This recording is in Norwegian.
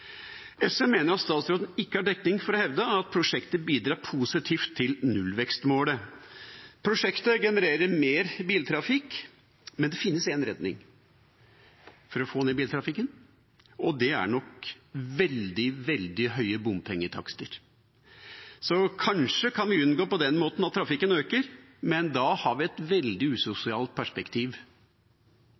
SV mener at statsråden ikke har dekning for å hevde at prosjektet bidrar positivt til nullvekstmålet. Prosjektet genererer mer biltrafikk, men det finnes en redning for å få ned biltrafikken, og det er nok veldig, veldig høye bompengetakster. Så kanskje kan vi på den måten unngå at trafikken øker, men da har vi et veldig usosialt perspektiv.